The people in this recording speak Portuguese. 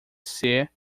ser